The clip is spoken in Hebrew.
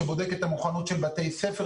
שבודק את המוכנות של בתי ספר.